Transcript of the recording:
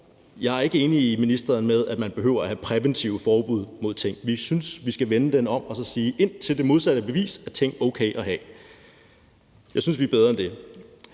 jeg er ikke enig med ministeren i, at man behøver at have præventive forbud mod ting. Vi synes, vi skal vende den om og så sige, at indtil det modsatte er bevist, er ting okay at have. Jeg synes, vi er bedre end det.